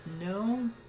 No